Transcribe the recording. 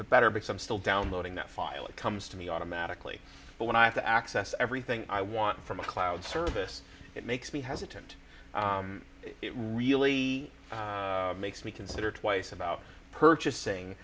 bit better because i'm still downloading that file it comes to me automatically but when i have to access everything i want from a cloud service it makes me has it and it really makes me consider twice about purchasing